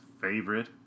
favorite